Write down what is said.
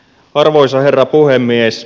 arvoisa herra puhemies